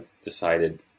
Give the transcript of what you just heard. decided